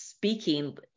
speaking